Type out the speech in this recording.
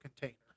container